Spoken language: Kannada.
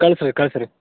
ಕಳಿಸ್ರಿ ಕಳಿಸ್ರಿ